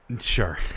sure